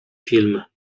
filmy